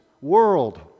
world